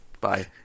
bye